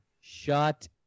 Shut